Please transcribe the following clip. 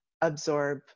absorb